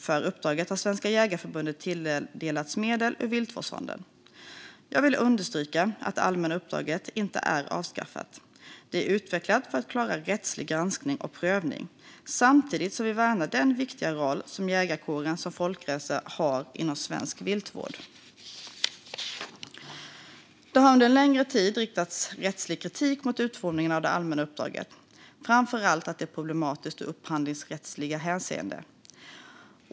För uppdraget har Svenska Jägareförbundet tilldelats medel ur Viltvårdsfonden. Jag vill understryka att det allmänna uppdraget inte är avskaffat. Det är utvecklat för att klara rättslig granskning och prövning, samtidigt som vi värnar den viktiga roll som jägarkåren som folkrörelse har inom svensk viltvård. Det har under en längre tid riktats rättslig kritik mot utformningen av det allmänna uppdraget, framför allt att det är problematiskt ur upphandlingsrättsligt hänseende.